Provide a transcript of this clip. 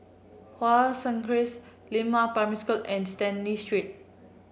Hua Crescent Lianhua Primary School and Stanley Street